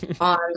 on